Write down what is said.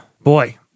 boy